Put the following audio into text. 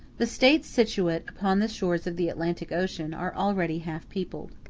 the states situate upon the shores of the atlantic ocean are already half-peopled.